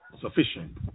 sufficient